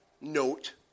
note